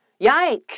Yikes